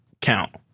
count